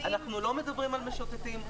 אנחנו לא מדברים על כלבים משוטטים,